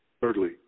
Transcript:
Thirdly